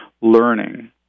learning